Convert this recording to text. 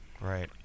Right